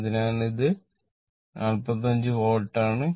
അതിനാൽ ഇത് 45 വോൾട്ട് ആണ്